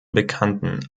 bekannten